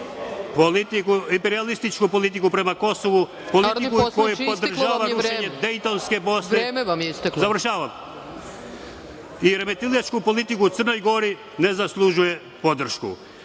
Kamberi** Imperijalistička politika prema Kosovu, politiku koja podržava rušenje dejtonske Bosne i remetilačku politiku u Crnoj Gori ne zaslužuje podršku. Ja